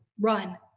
run